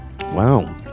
Wow